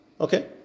Okay